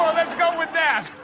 let's go with that.